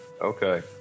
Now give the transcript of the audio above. Okay